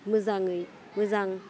मोजाङै मोजां